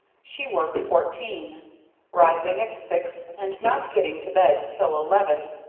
she worked fourteen rising at six and not getting to bed till eleven,